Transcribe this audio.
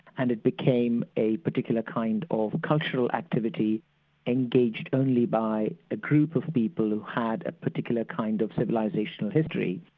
and it became a particular kind of cultural activity engaged in only by a group of people who had a particular kind of civilisation history,